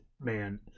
man